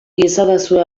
iezadazue